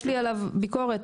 יש לי עליו ביקורת,